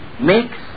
makes